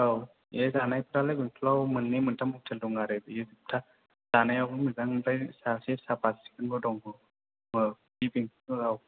औ बे जानायफ्रालाय बेंथलाव मोननै मोनथाम ह'टेल दं आरो बियो जोबथा जानायावबो मोजां ओमफ्राय सासे साफा सिखोनबो दङ ओ औ